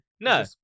no